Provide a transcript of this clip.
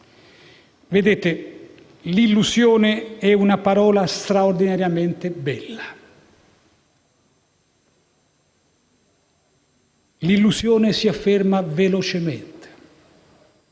Vedete, illusione è una parola straordinariamente bella. L'illusione si afferma velocemente,